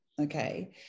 okay